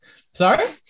Sorry